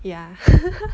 ya